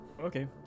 Okay